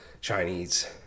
Chinese